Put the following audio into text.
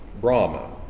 Brahma